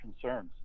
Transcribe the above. concerns